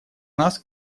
нас